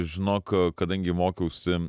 žinok kadangi mokiausi